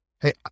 Hey